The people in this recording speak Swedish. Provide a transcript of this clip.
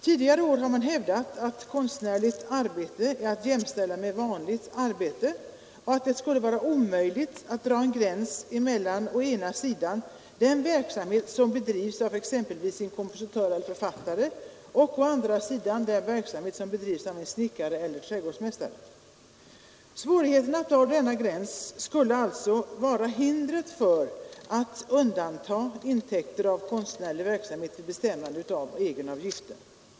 Tidigare år har man hävdat, att konstnärligt arbete är att jämställa med vanligt arbete och att det skulle vara omöjligt att dra en gräns mellan den verksamhet som bedrivs av exempelvis å ena sidan en kompositör eller författare och å andra sidan en snickare eller en trädgårdsmästare. Svårigheterna att dra denna gräns skulle alltså vara hindret för att undanta intäkter av konstnärlig verksamhet vid bestämmande av egenavgiften.